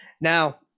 Now